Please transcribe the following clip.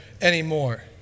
anymore